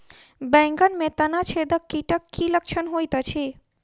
बैंगन मे तना छेदक कीटक की लक्षण होइत अछि?